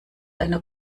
einer